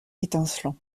étincelant